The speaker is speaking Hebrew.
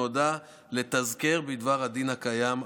נועדה לתזכר אותם בדבר הדין הקיים,